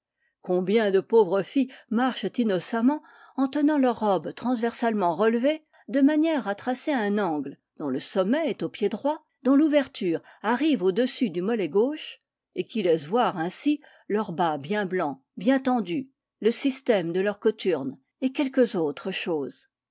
combien de pauvres filles marchent innocemment en tenant leurs robes transversalement relevées de manière à tracer un angle dont le sommet est au pied droit dont l'ouverture arrive au-dessus du mollet gauche et qui laissent voir ainsi leurs bas bien blancs bien tendus le système de leurs cothurnes et quelques autres choses